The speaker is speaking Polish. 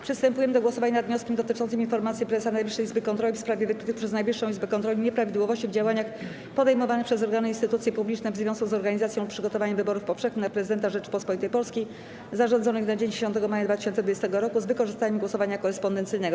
Przystępujemy do głosowania nad wnioskiem dotyczącym informacji prezesa Najwyższej Izby Kontroli w sprawie wykrytych przez Najwyższą Izbę Kontroli nieprawidłowości w działaniach podejmowanych przez organy i instytucje publiczne w związku z organizacją lub przygotowaniem wyborów powszechnych na prezydenta Rzeczypospolitej Polskiej zarządzonych na dzień 10 maja 2020 r. z wykorzystaniem głosowania korespondencyjnego.